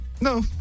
No